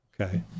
Okay